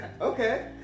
Okay